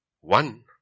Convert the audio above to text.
One